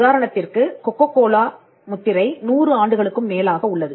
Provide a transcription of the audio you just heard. உதாரணத்திற்கு கொக்கோகோலா முத்திரை நூறு ஆண்டுகளுக்கும் மேலாக உள்ளது